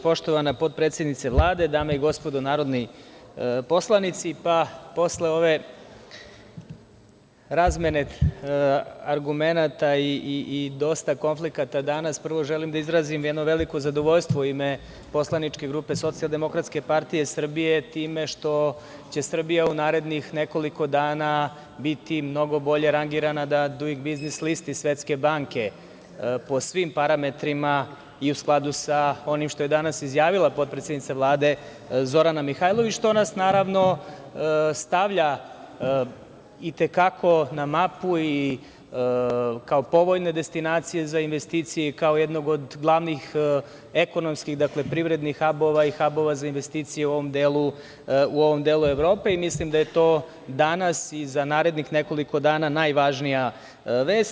Poštovana potpredsednice Vlade, dame i gospodo narodni poslanici, posle ove razmene argumenata i dosta konflikata danas, prvo želim da izrazim jedno veliko zadovoljstvo u ime poslaničke grupe SDPS time što će Srbija u narednih nekoliko dana biti mnogo bolje rangirana na „duing biznis“ listi Svetske banke po svim parametrima i u skladu sa onim što je danas izjavila potpredsednica Vlade Zorana Mihajlović, što nas naravno stavlja itekako na mapu kao povoljnu destinaciju za investicije, kao jednu od glavnih ekonomskih privrednih habova i habova za investicije u ovom delu Evrope i mislim da je to danas i za narednih nekoliko dana najvažnija vest.